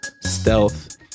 stealth